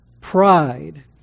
pride